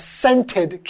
scented